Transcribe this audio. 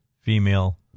female